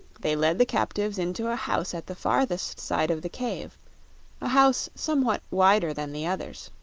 they led the captives into a house at the farthest side of the cave a house somewhat wider than the others.